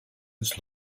its